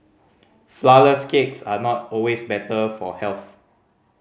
flourless cakes are not always better for health